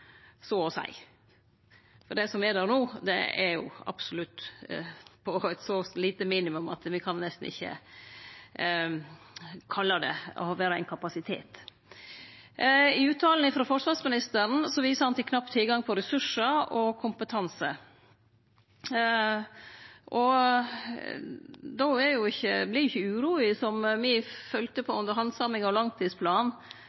så å seie. Dei som er der no, er jo absolutt på eit så lite minimum at me nesten ikkje kan kalle det å vere ein kapasitet. I uttalen frå forsvarsministeren viser han til knapp tilgang på ressursar og kompetanse. Då